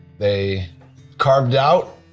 they carved out,